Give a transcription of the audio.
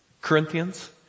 Corinthians